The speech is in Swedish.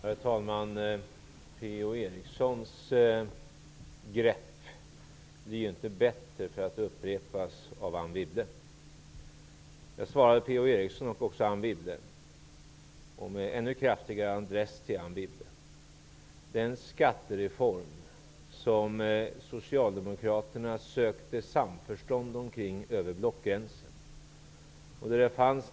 Herr talman! Per-Ola Erikssons grepp blir inte bättre för att det upprepas av Anne Wibble. Jag skall svara på Per-Ola Erikssons och Anne Wibbles frågor. Med adress främst till Ann Wibble säger jag följande: Socialdemokraterna sökte samförstånd över blockgränserna omkring skattereformen.